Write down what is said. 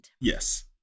Yes